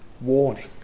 warning